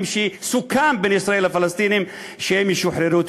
שסוכם בין ישראל לפלסטינים שהם ישוחררו.